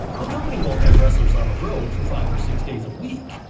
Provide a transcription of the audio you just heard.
the company won't have wrestlers on the road for five or six days a week,